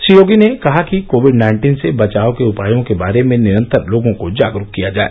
श्री योगी ने कहा कि कोविड नाइन्टीन से बचाव के उपायों के बारे में निरन्तर लोगों को जागरूक किया जाए